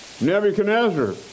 Nebuchadnezzar